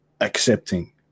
accepting